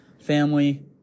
family